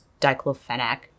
diclofenac